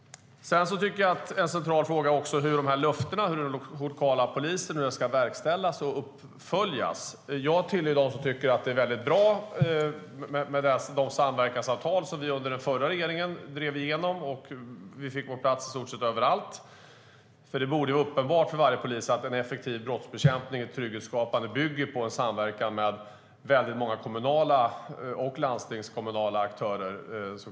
Jag tycker också att en central fråga är hur löftena om den lokala polisen ska verkställas och följas upp. Jag tillhör dem som tycker att de samverkansavtal som den förra regeringen drev igenom och som vi fick på plats i stort sett överallt är bra. Det borde vara uppenbart för varje polis att effektiv brottsbekämpning och trygghetsskapande bygger på samverkan mellan många kommunala och landstingskommunala aktörer.